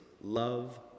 love